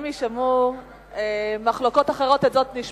כמה כסף זה צריך לעלות?